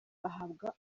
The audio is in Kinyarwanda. bahabwa